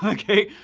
okay?